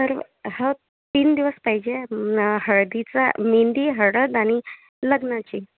तर हा तीन दिवस पाहिजे हळदीचा मेहंदी हळद आणि लग्नाची